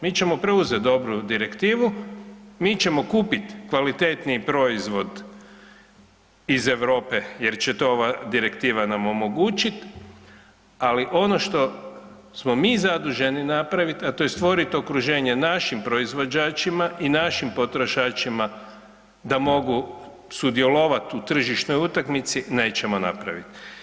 Mi ćemo preuzet dobru direktivu, mi ćemo kupit kvalitetniji proizvod iz Europe jer će to ova direktiva nam omogućit, ali ono što smo mi zaduženi napravit, a to je stvorit okruženje našim proizvođačima i našim potrošačima da mogu sudjelovat u tržišnoj utakmici, nećemo napravit.